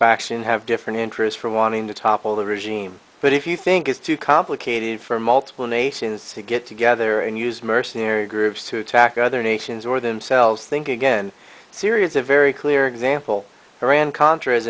faction have different interests for wanting to topple the regime but if you think it's too complicated for multiple nations to get together and use mercenary groups who attack other nations or themselves think again syria is a very clear example iran contra is